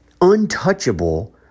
untouchable